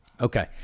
Okay